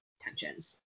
tensions